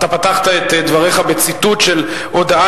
אתה פתחת את דבריך בציטוט של הודעה